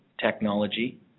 technology